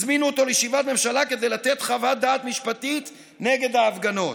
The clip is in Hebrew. הזמינו אותו לישיבת ממשלה כדי לתת חוות דעת משפטית נגד ההפגנות,